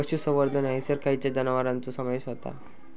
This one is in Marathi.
पशुसंवर्धन हैसर खैयच्या जनावरांचो समावेश व्हता?